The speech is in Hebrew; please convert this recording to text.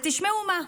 ותשמעו מה,